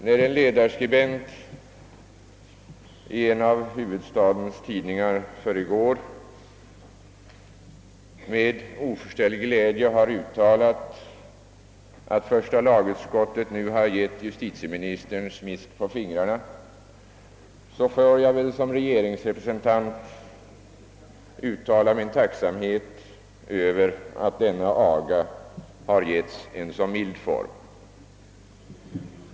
När en ledarskribent i en av huvudstadens tidningar för i går med oförställd glädje skrev, att första lagutskottet nu har gett justitieministern smisk på fingrarna, får jag väl som regeringsrepresentant uttala min tacksamhet över att denna aga har getts en så mild form.